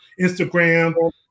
Instagram